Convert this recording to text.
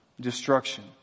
destruction